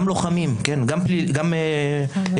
גם לוחמים, גם פח"עי.